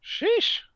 Sheesh